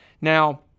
Now